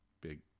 big